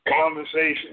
Conversation